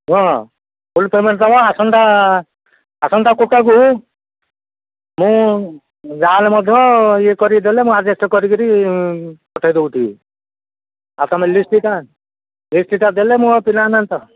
ହଁ full payment ଦେବ ଆସନ୍ତା ଆସନ୍ତା କୁଟାକୁ ମୁଁ ଯାହାହେଲେ ମଧ୍ୟ ଇଏ କରିକି ଦେଲେ ମୁଁ ଆଡ଼ଜଷ୍ଟ କରିକିରି ପଠେଇ ଦେଉଥିବି ଆଉ ତୁମେ ଲିଷ୍ଟଟା ଲିଷ୍ଟଟା ଦେଲେ ମୋ ପିଲାମାନେ ତ